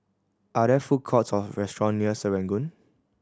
are there food courts or restaurant near Serangoon